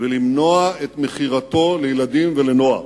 ולמנוע את מכירתו לילדים ולנוער.